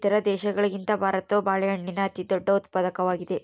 ಇತರ ದೇಶಗಳಿಗಿಂತ ಭಾರತವು ಬಾಳೆಹಣ್ಣಿನ ಅತಿದೊಡ್ಡ ಉತ್ಪಾದಕವಾಗಿದೆ